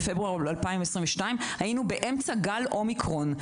בפברואר 2022 היינו באמצע גל אומיקרון.